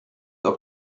auf